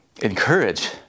encourage